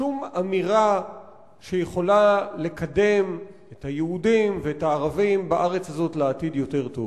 שום אמירה שיכולה לקדם את היהודים ואת הערבים בארץ הזאת לעתיד יותר טוב.